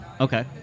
Okay